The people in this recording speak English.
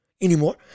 anymore